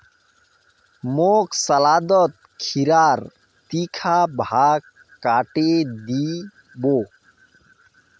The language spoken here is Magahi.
मोक सलादत खीरार तीखा भाग काटे दी बो